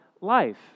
life